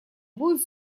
будет